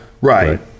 Right